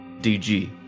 DG